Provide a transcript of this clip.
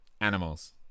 Animals